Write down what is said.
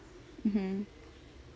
mmhmm